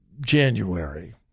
January